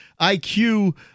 IQ